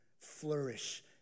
flourish